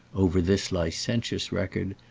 over this licentious record,